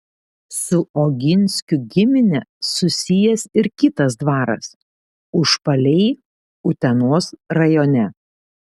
su oginskių gimine susijęs ir kitas dvaras užpaliai utenos rajone